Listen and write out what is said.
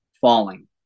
falling